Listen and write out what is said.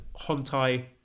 Hontai